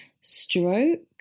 Stroke